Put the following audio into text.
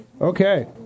Okay